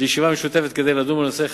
לישיבה משותפת כדי לדון בנושא,